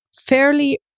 fairly